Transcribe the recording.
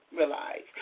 realize